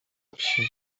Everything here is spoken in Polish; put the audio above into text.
wsi